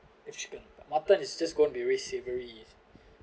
eat chicken mutton is just gonna be really savoury